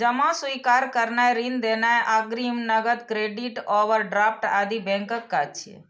जमा स्वीकार करनाय, ऋण देनाय, अग्रिम, नकद, क्रेडिट, ओवरड्राफ्ट आदि बैंकक काज छियै